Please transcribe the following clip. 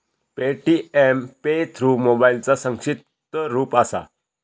Paytm pay through मोबाईलचा संक्षिप्त रूप असा